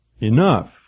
enough